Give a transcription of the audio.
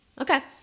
Okay